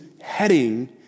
heading